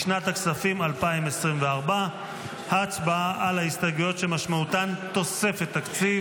לשנת הכספים 2024. הצבעה על ההסתייגויות שמשמעותן תוספת תקציב.